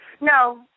no